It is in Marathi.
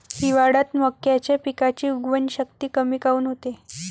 हिवाळ्यात मक्याच्या पिकाची उगवन शक्ती कमी काऊन होते?